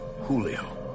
Julio